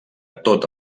tot